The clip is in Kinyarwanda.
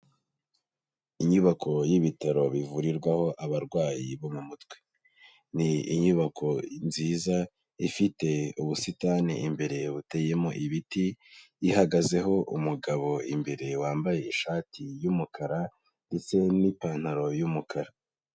Inyubako y'ibitaro bivurirwaho abarwayi bo mu mutwe, ni inyubako nziza ifite ubusitani imbere buteyemo ibiti, ihagazeho umugabo imbere wambaye ishati y'umukara ndetse n'ipantaro y'umukara.